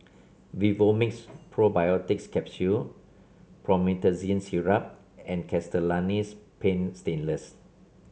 Vivomixx Probiotics Capsule Promethazine Syrup and Castellani's Paint Stainless